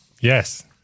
Yes